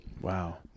Wow